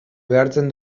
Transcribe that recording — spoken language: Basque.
behartzen